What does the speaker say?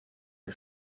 ein